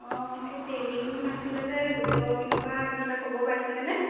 অঁ এই ট্ৰেইনিং আছিলে যে গোটৰ পিনপা কিবা খবৰ পাইছিলেনে